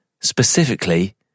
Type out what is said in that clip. specifically